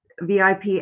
VIP